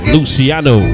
Luciano